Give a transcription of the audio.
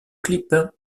clip